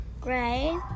gray